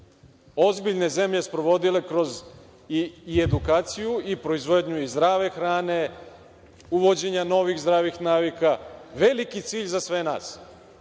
ozbiljne zemlje sprovodile kroz edukaciju i proizvodnju zdrave hrane, uvođenja novih zdravih navika, veliki cilj za sve nas,